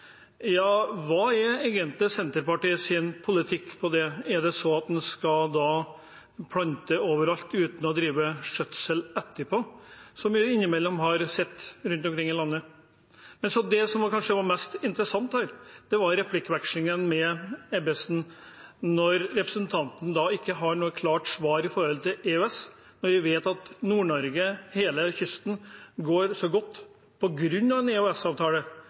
Ja, hva er egentlig Senterpartiets politikk på det området? Er det slik at en da skal plante overalt uten å drive skjøtsel etterpå, som jeg innimellom har sett rundt omkring i landet? Men det som var mest interessant her, var replikkvekslingen med Ebbesen. Når representanten ikke har noe klart svar angående EØS, og vi vet at Nord-Norge, hele kysten, går så godt